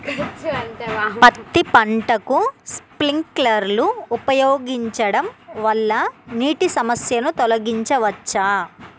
పత్తి పంటకు స్ప్రింక్లర్లు ఉపయోగించడం వల్ల నీటి సమస్యను తొలగించవచ్చా?